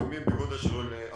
לפעמים בגודל של אבטיח.